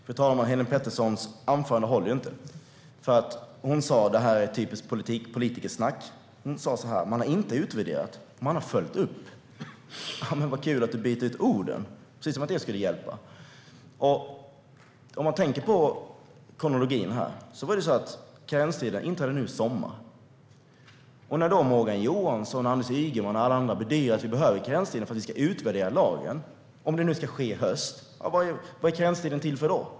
Fru talman! Helene Peterssons anförande håller inte. Det hon sa är typiskt politikersnack: Man har inte utvärderat, utan man har följt upp. Vad kul att du byter ut orden, Helene Petersson - precis som om det skulle hjälpa! Låt oss tänka på kronologin. Karenstiden inträder nu i sommar. Morgan Johansson, Anders Ygeman och alla andra bedyrar att vi behöver karenstiden för att utvärdera lagen och att detta ska ske i höst. Vad är då karenstiden till för?